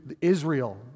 Israel